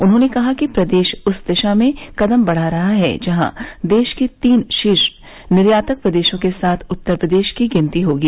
उन्होंने कहा कि प्रदेश उस दिशा में कदम बढ़ा रहा है जहां देश के तीन शीर्ष निर्यातक प्रदेशों के साथ उत्तर प्रदेश की गिनती होगी